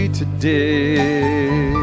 today